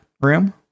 room